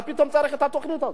מה פתאום צריך את התוכנית הזאת?